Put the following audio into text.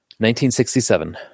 1967